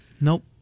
Nope